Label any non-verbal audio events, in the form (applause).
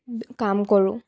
(unintelligible) কাম কৰোঁ